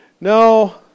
No